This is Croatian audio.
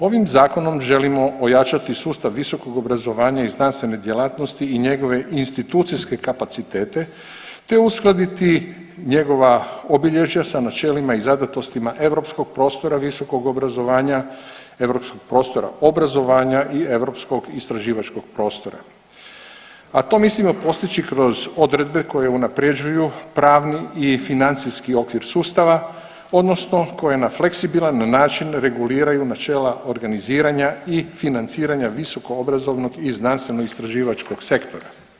Ovim Zakonom želimo ojačati sustav visokog obrazovanja i znanstvene djelatnosti i njegove institucijske kapacitete te uskladiti njega obilježja sa načelima i zadatostima europskog prostora visokog obrazovanja, europskog prostora obrazovanja i europskog istraživačkog prostora, a to mislimo postići kroz odredbe koje unaprjeđuju pravni i financijski okvir sustava, odnosno koje na fleksibilan način reguliraju načela organiziranja i financiranja visokoobrazovnog i znanstvenoistraživačkog sektora.